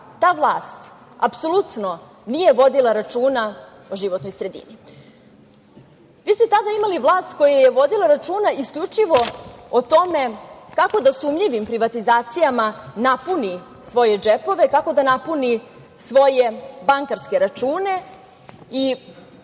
ta vlast apsolutno nije vodila računa o životnoj sredini. Vi ste tada imali vlast koja je vodila računa isključivo o tome kako da sumnjivim privatizacijama napuni svoje džepove, kako da napuni svoje bankarske račune, i